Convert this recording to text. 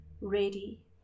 ready